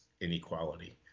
inequality